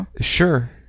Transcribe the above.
sure